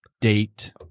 date